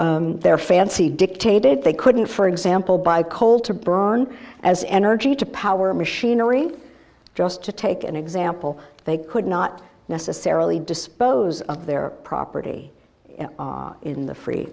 they their fancy dictated they couldn't for example buy a coal to burn as energy to power machinery just to take an example they could not necessarily dispose of their property in the free